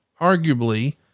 arguably